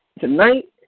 Tonight